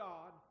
God